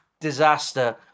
disaster